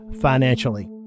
financially